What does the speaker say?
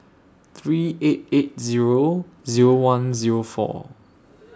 three eight eight Zero Zero one Zero four